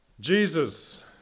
Jesus